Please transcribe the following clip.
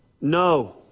No